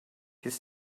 his